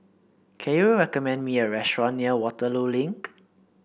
can you recommend me a restaurant near Waterloo Link